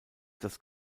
das